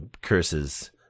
curses